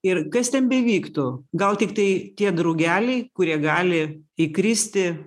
ir kas ten bevyktų gal tiktai tie drugeliai kurie gali įkristi